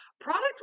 Product